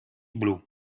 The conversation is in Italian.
blu